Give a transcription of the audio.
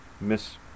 Miss